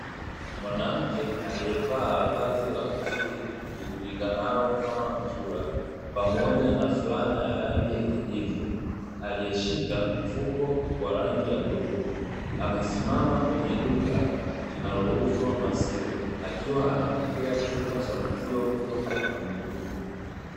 Mwanamke aliyevaa vazi la kofia lijulikanalo kama mzula pamoja na fulana ya rangi ya kijivu, aliyeshika mfuko wa rangi ya bluu, amesimama kwenye duka linalouzwa maziwa, akiwa anapokea chupa ya maziwa kutoka kwa mhudumu.